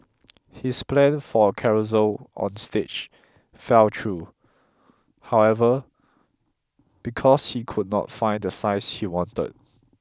his plan for a carousel on stage fell through however because she could not find the size she wanted